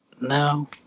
no